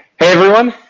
everyone.